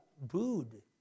booed